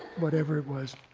whatever it was.